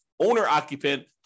owner-occupant